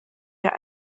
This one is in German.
wir